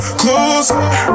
closer